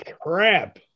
crap